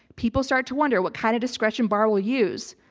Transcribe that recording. people start to wonder what kind of discretion barr will use.